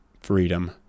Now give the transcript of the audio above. freedom